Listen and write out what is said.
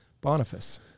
Boniface